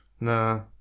No